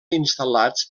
instal·lats